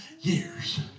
years